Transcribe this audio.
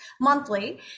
monthly